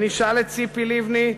ונשאל את ציפי לבני,